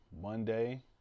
Monday